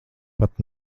pat